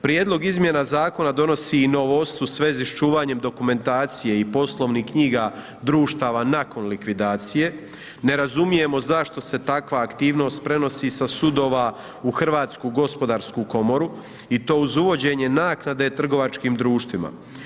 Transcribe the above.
Prijedlog izmjena zakona donosi i novost u vezi s čuvanje dokumentacije i poslovnih knjiga društava nakon likvidacije, ne razumijemo zašto se takva aktivnost prenosi sa sudova u Hrvatsku gospodarsku komoru i to uz uvođenje naknade trgovačkim društvima.